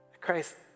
Christ